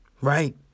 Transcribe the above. right